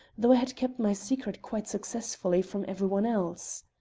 though i had kept my secret quite successfully from every one else!